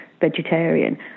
Vegetarian